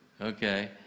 okay